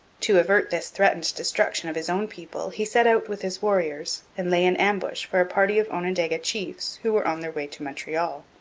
to avert this threatened destruction of his own people, he set out with his warriors and lay in ambush for a party of onondaga chiefs who were on their way to montreal.